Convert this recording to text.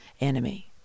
enemy